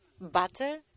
butter